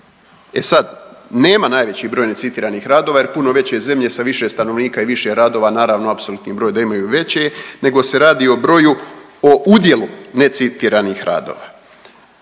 E sad, nema najveći broj necitiranih radova, jer puno veće zemlje sa više stanovnika i više radova naravno apsolutni broj da imaju veće nego se radi o broju, o udjelu necitiranih radova.